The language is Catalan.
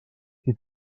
qui